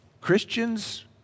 Christians